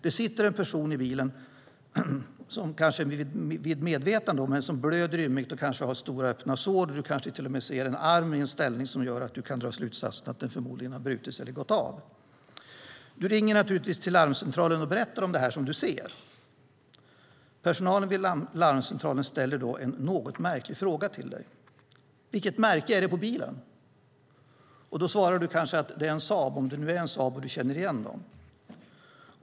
Det sitter en person i bilen som är vid medvetande men blöder ymnigt och har stora öppna sår, och du kanske till och med ser en arm i en ställning som gör att du kan dra slutsatsen att den förmodligen har brutits eller gått av. Du ringer naturligtvis till larmcentralen och berättar det du ser. Personalen på larmcentralen ställer då en något märklig fråga till dig: Vilket märke är det på bilen? Då svarar du kanske att det är en Saab, om det nu är en Saab och du känner igen den.